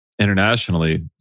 internationally